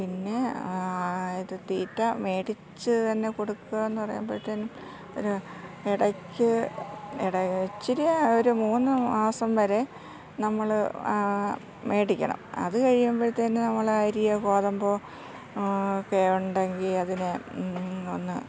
പിന്നെ ഇത് തീറ്റ മേടിച്ചു തന്നെ കൊടുക്കുക എന്ന് പറയുമ്പോൾ തന്നെ ഒരു ഇടയ്ക്ക് ഇട ഇച്ചിരി ഒരു മൂന്ന് മാസം വരെ നമ്മൾ മേടിക്കണം അത് കഴിയുമ്പോൾ തന്നെ നമ്മൾ അരിയും ഗതമ്പോക്കെ ഉണ്ടെങ്കിൽ അതിനെ ഒന്ന്